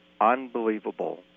unbelievable